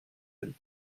him